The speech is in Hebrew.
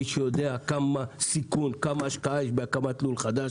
מי שיודע כמה סיכון, כמה השקעה יש בהקמת לול חדש